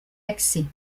accès